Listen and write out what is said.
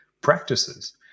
practices